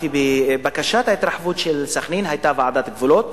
בבקשת ההתרחבות של סח'נין היתה ועדת גבולות.